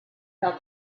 felt